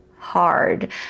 hard